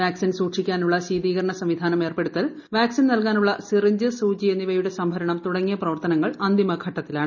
vaccine സൂക്ഷിക്കാനുള്ള ശീതീകരണ സംവിധാനം ഏർപ്പെടുത്തൽ വാക്സിൻ നൽകാനുള്ള സിറിഞ്ച് സൂചി എന്നിവയുടെ സംഭരണം തുടങ്ങിയ പ്രവർത്തനങ്ങൾ അന്തിമ ഘട്ടത്തിലാണ്